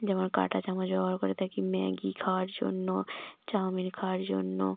যেমন কাঁটা চামচ ব্যবহার করে থাকি ম্যাগি খাওয়ার জন্য চাউমিন খাওয়ার জন্য